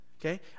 Okay